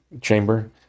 chamber